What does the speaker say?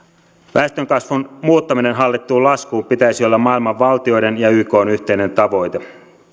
väestönkasvun muuttamisen hallittuun laskuun pitäisi olla maailman valtioiden ja ykn yhteinen tavoite